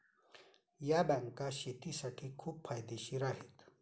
या बँका शेतीसाठी खूप फायदेशीर आहेत